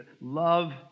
love